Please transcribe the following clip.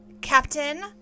Captain